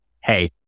hey